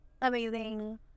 Amazing